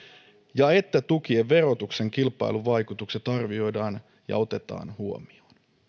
ja että tukien verotuksen kilpailuvaikutukset arvioidaan ja otetaan huomioon